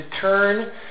turn